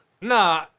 Nah